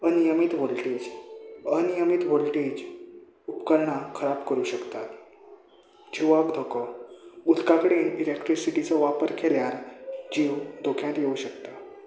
अनियमीत voltage अनियमीत voltage उपकरणां खराब करूं शकतात जिवाक धोको उदका कडेन इललेक्ट्रिसिटीचो वापर केल्यार जीव धोक्यांत येवं शकता